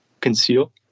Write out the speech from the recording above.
conceal